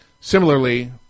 Similarly